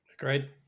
Agreed